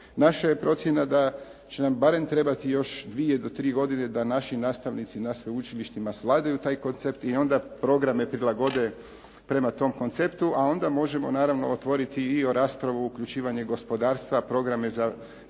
Naša je procjena da će nam barem trebati još dvije do tri godine da naši nastavnici na sveučilištima svladaju taj koncept i onda programe prilagode prema tom konceptu, a onda možemo naravno otvoriti i raspravu uključivanje gospodarstva, programe za